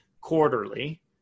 quarterly